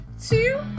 two